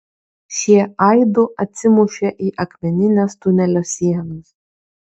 šie aidu atsimušė į akmenines tunelio sienas